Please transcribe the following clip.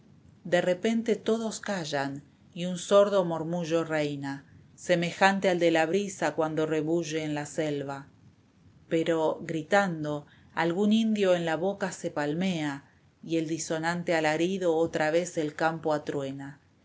de repente todos callan y un solo murmullo reina vsemejante al de la brisa cuando rebulle en la selva pero gritando algún indio en la boca se palmea y el disonante alarido otra vez el campo atruena el